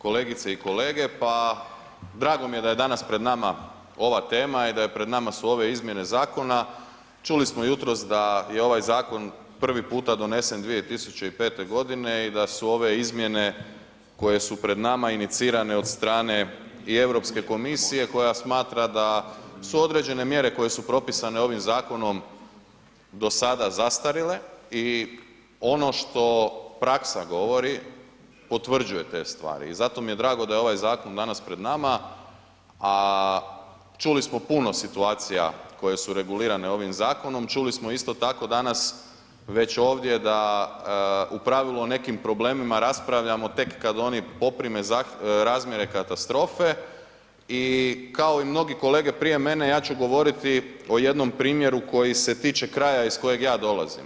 Kolegice i kolege, pa drago mi je da je danas pred nama ova tema i da pred nama su ove izmjene zakona, čuli smo jutros da je ovaj zakon prvi puta donesen 2005. g. i da su ove izmjene koje su pred nama inicirane od strane i Europske komisije koja smatra da su određene mjere koje su propisane ovim zakonom do sada zastarile i ono što praksa govori, potvrđuje te stvari i zato mi je drago da je ovaj zakon danas pred nama a čuli smo puno situacija koje su regulirane ovim zakonom, čuli smo isto tako danas već ovdje da u pravilu o nekim problemima raspravljamo tek kad oni poprime razmjere katastrofe i kao i mnogi kolege prije mene, ja ću govoriti o jednom primjeru koji se tiče kraja iz kojeg ja dolazim.